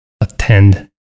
attend